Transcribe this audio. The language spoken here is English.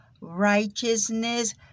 righteousness